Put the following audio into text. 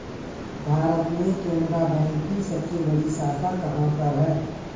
भारत में केनरा बैंक की सबसे बड़ी शाखा कहाँ पर है?